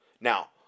now